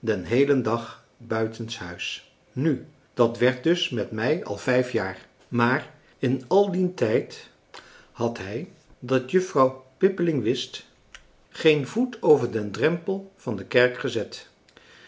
den heelen dag buitenshuis nu dat werd dus met mei al vijfjaar maar in al dien tijd had hij dat juffrouw pippeling wist geen voet over den drempel van de kerk gezet